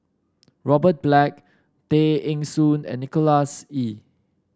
Robert Black Tay Eng Soon and Nicholas Ee